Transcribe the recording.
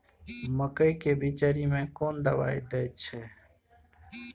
मकई के बिचरी में कोन दवाई दे छै?